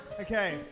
Okay